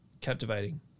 captivating